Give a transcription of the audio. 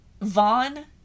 Vaughn